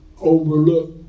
overlook